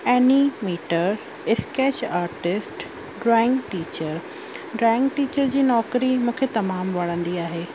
animator sketch artist drawing teacher drawing teacher जी नौकरी मूंखे तमामु वणंदी आहे